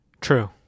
True